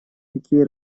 какие